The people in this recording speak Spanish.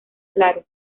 claro